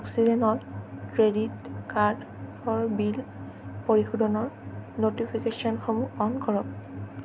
অক্সিজেনত credit কাৰ্ডৰ bill পৰিশোধনৰ ন'টিফিকেশ্যনসমূহ অ'ন কৰক